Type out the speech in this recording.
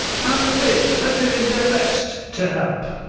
and the fish are doing their best to help.